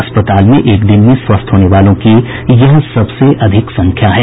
अस्पताल में एक दिन में स्वस्थ होने वालों की यह सबसे अधिक संख्या है